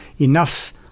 enough